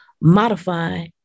modify